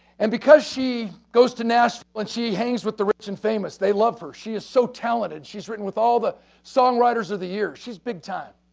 and because she goes to nashville, and she hangs with the rich and famous, they love her. she is so talented. she's written with all the songwriters of the year. she's big-time.